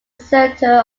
center